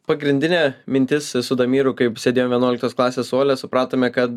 pagrindinė mintis su damiru kaip sėdėjom vienuoliktos klasės suole supratome kad